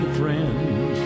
friends